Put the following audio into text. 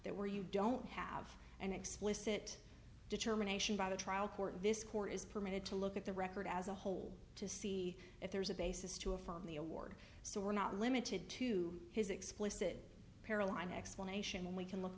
there were you don't have an explicit determination by the trial court and this court is permitted to look at the record as a whole to see if there's a basis to affirm the award so we're not limited to his explicit paralyzed explanation we can look